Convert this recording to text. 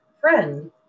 friend